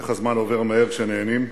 איך הזמן עובר מהר כשנהנים,